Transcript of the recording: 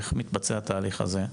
איך מתבצע התהליך הזה?